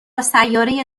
سیاره